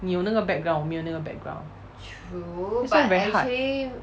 你有那个 background 我没有那个 background this one very hard